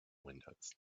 windows